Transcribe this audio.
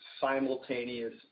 simultaneous